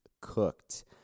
cooked